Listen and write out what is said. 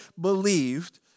believed